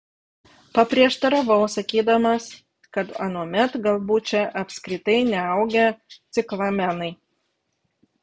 paprieštaravau sakydamas kad anuomet galbūt čia apskritai neaugę ciklamenai